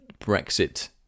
Brexit